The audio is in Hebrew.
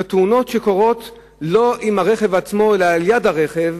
אלה תאונות שקורות לא עם הרכב עצמו אלא על-יד הרכב,